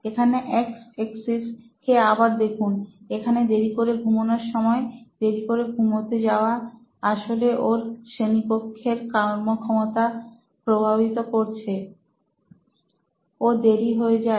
এখানে x axis কে আবার দেখুন এখানে দেরি করে ঘুমানোর সময় দেরি করে ঘুমোতে যাওয়া আসলে ওর শ্রেণিকক্ষের কর্মক্ষমতা প্রভাবিত করে ওর দেরি হয়ে যায়